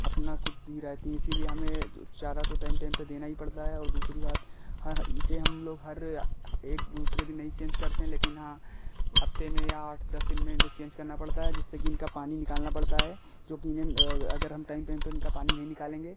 अपना खुद ही रहती हैं इसीलिए हमें जो चारा तो टइम टइम पर देना ही पड़ता है और दूसरी बात हर हाँ इसे हम लोग हर एक दूसरे दिन नहीं एक्सचेंज करते हैं लेकिन हाँ हफ़्ते में या आठ दस दिन में इनको चेंज करना पड़ता है जिससे कि इनका पानी निकालना पड़ता है जो कि इन्हें अगर हम टइम टइम पर इनका पानी नहीं निकालेंगे